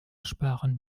sparen